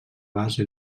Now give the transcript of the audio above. base